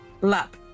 lap